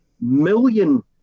million